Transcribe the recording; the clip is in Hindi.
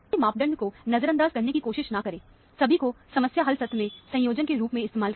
किसी भी मापदंड को नजरअंदाज करने की कोशिश ना करें सभी को समस्या हल सत्र में संयोजन के रूप में इस्तेमाल करें